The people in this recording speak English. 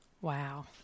Wow